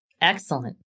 Excellent